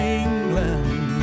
england